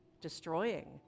destroying